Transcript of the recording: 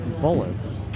Bullets